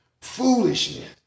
foolishness